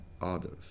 others